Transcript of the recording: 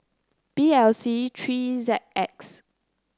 B L C three Z X